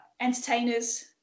entertainers